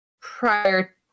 prior